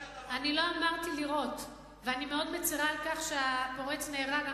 אני לא אמרתי לירות ואני מאוד מצרה על כך שהפורץ נהרג,